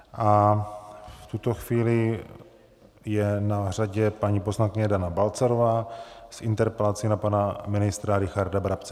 V tuto chvíli je na řadě paní poslankyně Dana Balcarová s interpelací na pana ministra Richarda Brabce.